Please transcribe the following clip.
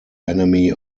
enemy